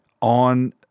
on